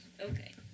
Okay